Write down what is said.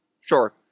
sure